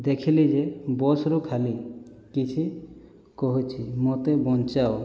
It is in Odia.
ଦେଖିଲି ଯେ ବସ୍ରୁ ଖାଲି କିଛି କହୁଛି ମୋତେ ବଞ୍ଚାଅ